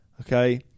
okay